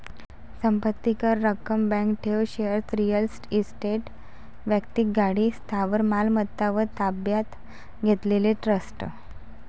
संपत्ती कर, रक्कम, बँक ठेव, शेअर्स, रिअल इस्टेट, वैक्तिक गाडी, स्थावर मालमत्ता व ताब्यात घेतलेले ट्रस्ट